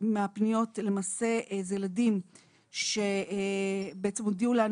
מהפניות למעשה זה ילדים שבעצם הודיעו לנו